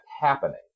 happening